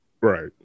Right